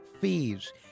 fees